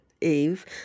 Eve